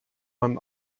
man